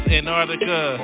Antarctica